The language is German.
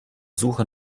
suche